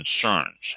concerns